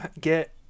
get